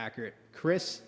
accurate chris